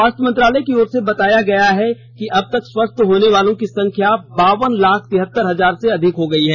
स्वास्थ्य मंत्रालय की ओर से बताया गया है कि अब तक स्वस्थ होने वालों की संख्या बावन लाख तिहतर हजार से अधिक हो गई है